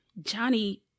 Johnny